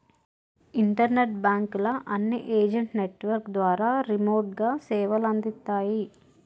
internet బాంకుల అన్ని agent network ద్వారా రిమోట్ గా సేవలందిత్తాయి